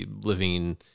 living